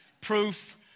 Proof